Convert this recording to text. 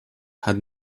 had